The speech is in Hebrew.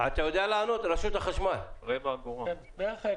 רשות החשמל, אתה יודע לענות?